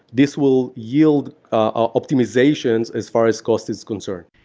this will yield optimizations as far as cost is concerned.